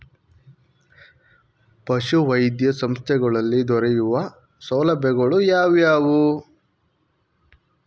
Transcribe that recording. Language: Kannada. ಪಶುವೈದ್ಯ ಸಂಸ್ಥೆಗಳಲ್ಲಿ ದೊರೆಯುವ ಸೌಲಭ್ಯಗಳು ಯಾವುವು?